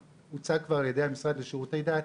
שהוצג כבר על ידי המשרד לשירותי דת,